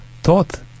thought